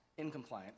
incompliant